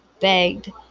begged